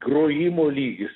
grojimo lygis